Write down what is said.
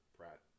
Pratt